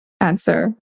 answer